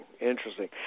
interesting